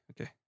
Okay